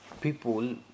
People